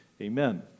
Amen